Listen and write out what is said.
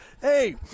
hey